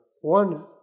one